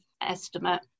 estimate